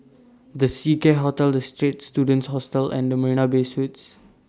The Seacare Hotel The Straits Students Hostel and The Marina Bay Suites